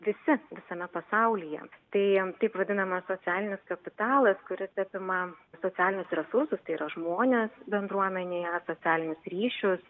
visi visame pasaulyje tai taip vadinamas socialinis kapitalas kuris apima socialinius resursus tai yra žmonės bendruomenėje socialinius ryšius